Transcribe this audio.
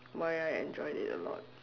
why I enjoyed it a lot